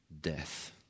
death